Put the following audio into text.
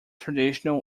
traditional